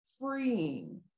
freeing